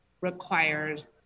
requires